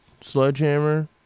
sledgehammer